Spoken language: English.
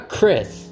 Chris